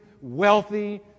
wealthy